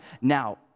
Now